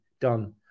done